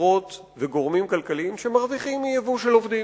חברות וגורמים כלכליים שמרוויחים מייבוא של עובדים.